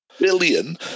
Billion